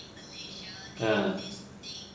ha